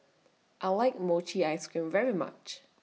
I like Mochi Ice Cream very much